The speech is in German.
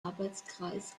arbeitskreis